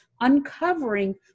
uncovering